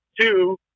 Two